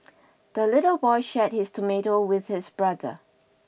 the little boy shared his tomato with his brother